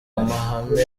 amahame